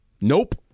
Nope